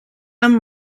amb